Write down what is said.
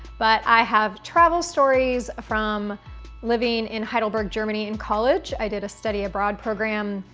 but i have travel stories from living in heidelberg, germany in college, i did a study abroad program,